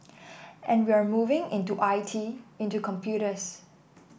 and we're moving into I T into computers